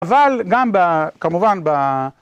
אבל גם כמובן ב...